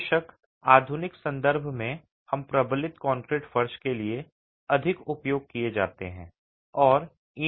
बेशक आधुनिक संदर्भ में हम प्रबलित कंक्रीट फर्श के लिए अधिक उपयोग किए जाते हैं